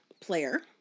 player